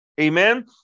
Amen